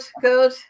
Good